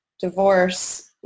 divorce